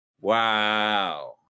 wow